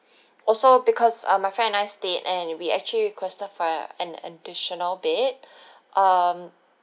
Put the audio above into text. also because uh my friend and I stayed and we actually requested for an additional bed um